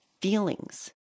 feelings